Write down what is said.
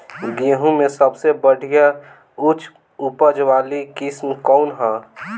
गेहूं में सबसे बढ़िया उच्च उपज वाली किस्म कौन ह?